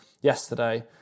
yesterday